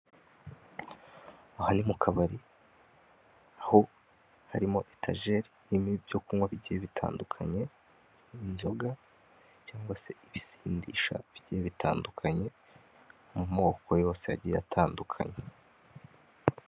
Aha ni mu kabari, aho harimo Etajeri irimo ibyo kunywa bigiye bitandukanye, inzoga cyangwa se ibisindisha bigiye bitandukanye, mu moko yose yagiye atandukanye.